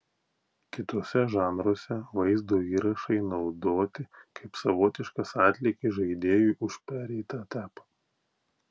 kituose žanruose vaizdo įrašai naudoti kaip savotiškas atlygis žaidėjui už pereitą etapą